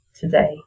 today